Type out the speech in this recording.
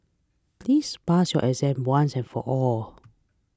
please pass your exam once and for all